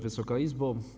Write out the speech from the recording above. Wysoka Izbo!